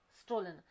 stolen